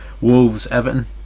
Wolves-Everton